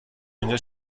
اینجا